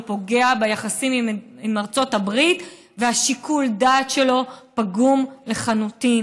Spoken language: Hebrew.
הוא פוגע ביחסים עם ארצות הברית ושיקול הדעת שלו פגום לחלוטין,